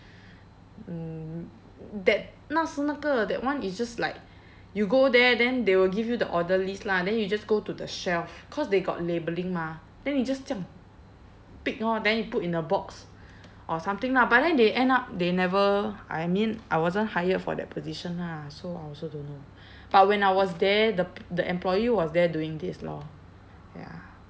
mm that 那时那个 that one is just like you go there then they will give you the order list lah then you just go to the shelf cause they got labelling mah then 你 just 这样 pick lor then you put in a box or something lah but then they end up they never I mean I wasn't hired for that position lah so I also don't know but when I was there the p~ the employee was there doing this lor ya